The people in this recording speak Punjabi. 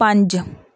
ਪੰਜ